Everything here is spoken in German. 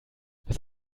was